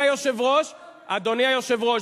אדוני היושב-ראש,